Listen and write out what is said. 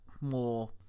more